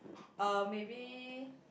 uh maybe